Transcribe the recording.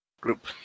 group